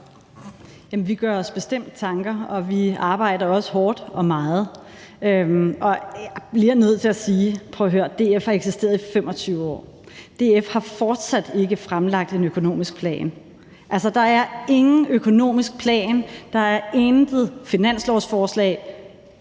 vi gør os bestemt tanker, og vi arbejder også hårdt og meget. Jeg bliver nødt til at sige: Prøv at høre, DF har eksisteret i 25 år, og DF har fortsat ikke fremlagt en økonomisk plan. Altså, der er ingen økonomisk plan, der er intet finanslovsforslag